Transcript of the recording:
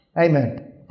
Amen